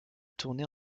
tournée